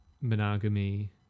monogamy